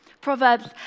Proverbs